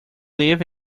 leave